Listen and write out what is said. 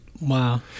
Wow